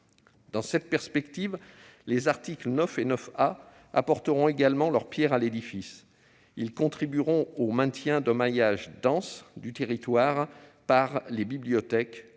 Dans cette perspective, les articles 9 et 9 A apporteront également leur pierre à l'édifice. Ils contribueront au maintien d'un maillage dense du territoire par les bibliothèques,